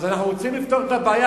אז אנחנו רוצים לפתור את הבעיה,